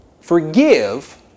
forgive